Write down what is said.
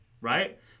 Right